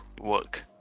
work